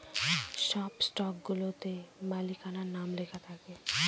সব স্টকগুলাতে মালিকানার নাম লেখা থাকে